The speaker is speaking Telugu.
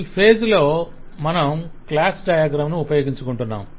ఈ ఫేజ్ లో మనం క్లాస్ డయాగ్రమ్ ను ఉపయోగించుకుంటున్నాము